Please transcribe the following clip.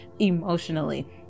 emotionally